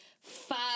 five